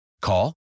Call